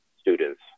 students